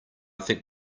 think